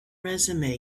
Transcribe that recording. resume